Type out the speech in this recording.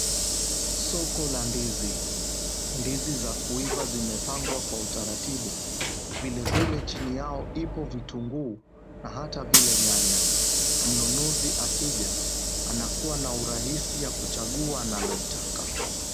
Soko la ndizi. Ndizi za kuiva zimepangwa kwa utaratibu. Vilevile chini yao ipo vitunguu na hata vile nyanya. Mnunuzi akija anakua na urahisi ya kuchagua analoitaka.